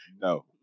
No